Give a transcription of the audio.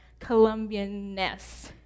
Colombianness